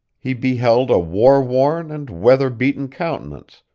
he beheld a war-worn and weather-beaten countenance,